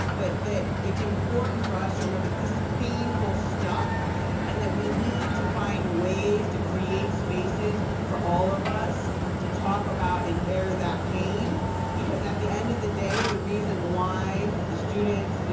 but it's important for us to remember that this is painful stuff and that we need to find ways to create spaces for all of us to talk about and air that pain because, at the end of the day, the reason why the students,